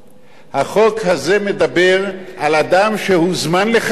החוק הזה מדבר על אדם שהוזמן לחקירה,